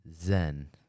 Zen